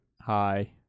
Hi